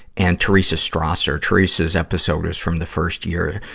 and teresa strasser. teresa's episode was from the first year,